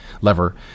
lever